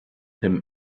him